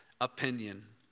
opinion